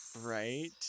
Right